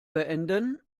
beenden